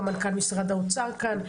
גם מנכ"ל משרד האוצר כאן,